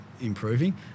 improving